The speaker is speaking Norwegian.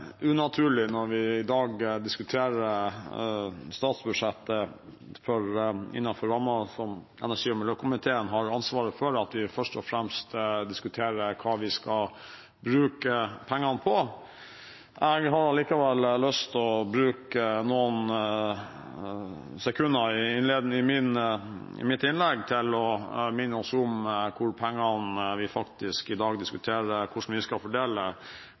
unaturlig når vi i dag diskuterer statsbudsjettet innenfor rammen som energi- og miljøkomiteen har ansvaret for, at vi først og fremst diskuterer hva vi skal bruke pengene på. Jeg har allikevel lyst til å bruke noen sekunder i mitt innlegg til å minne oss om hvor pengene vi i dag diskuterer hvordan vi skal fordele,